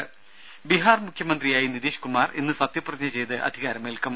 രുഭ ബീഹാർ മുഖ്യമന്ത്രിയായി നിതീഷ് കുമാർ ഇന്ന് സത്യപ്രതിജ്ഞ ചെയ്ത് അധികാരമേൽക്കും